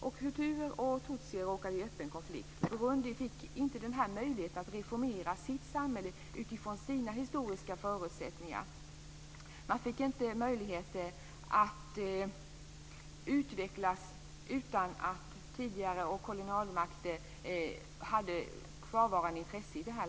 Och hutuer och tutsier råkade i öppen konflikt. Burundi fick inte möjlighet att reformera sitt samhälle utifrån sina historiska förutsättningar, inte möjlighet att utvecklas utan tidigare kolonialmakter hade kvarvarande intressen i landet.